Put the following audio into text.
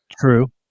True